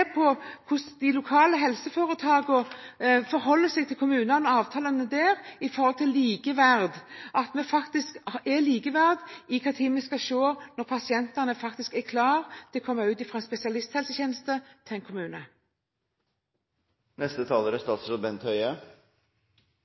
på hvordan de lokale helseforetakene forholder seg til kommunene og avtalene med dem med tanke på likeverd – at en har likeverd når en skal se på om pasientene faktisk er klare til å komme ut fra spesialisthelsetjeneste og over til en